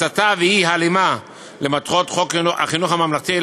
הסתה ואי-הלימה למטרות חוק חינוך ממלכתי,